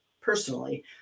personally